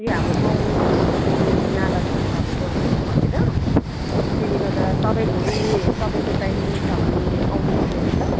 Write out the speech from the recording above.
यो हाम्रो गाउँ समाजको यो नाला सफाहरू गर्नु भनेर त्यसले गर्दा तपाईँ भोलि तपाईँको टाइम मिल्छ भने आउनु सक्नुहुन्छ